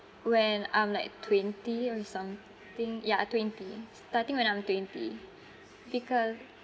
when I'm like twenty or something ya twenty starting when I'm twenty because